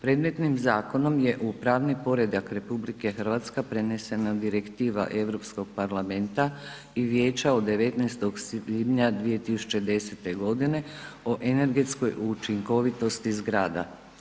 Predmetnim zakonom je u pravni poredak RH prenesena Direktiva Europskog parlamenta i Vijeća od 19. svibnja 2010.g. o energetskoj učinkovitosti zgrada.